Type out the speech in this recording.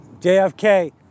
JFK